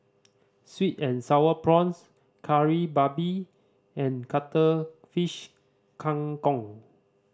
sweet and Sour Prawns Kari Babi and Cuttlefish Kang Kong